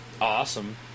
awesome